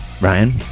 Ryan